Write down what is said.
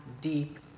deep